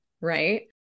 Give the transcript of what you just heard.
right